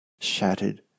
shattered